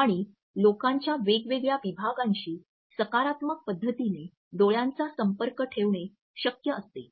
आणि लोकांच्या वेगवेगळ्या विभागांशी सकारात्मक पद्धतीने डोळ्यांचा संपर्क ठेवणे शक्य असते